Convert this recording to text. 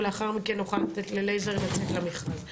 ולאחר מכן נוכל לתת ללייזר לצאת למכרז.